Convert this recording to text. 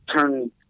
turn